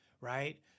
right